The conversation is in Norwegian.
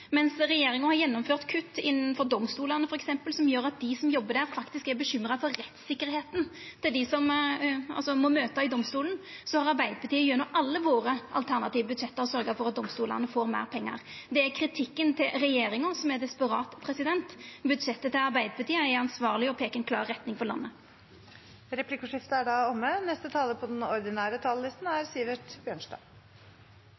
Mens regjeringa f.eks. har gjennomført kutt innanfor domstolane, som gjer at dei som jobbar der, faktisk er bekymra for rettssikkerheita til dei som må møta i domstolen, har Arbeidarpartiet gjennom alle dei alternative budsjetta våre sørgt for at domstolane får meir pengar. Det er kritikken til regjeringa som er desperat. Budsjettet til Arbeidarpartiet er ansvarleg og peikar ut ei klar retning for landet. Replikkordskiftet er omme. Norge går godt. Vi har lav arbeidsledighet i hele landet, veksten er god, og det